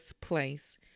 Place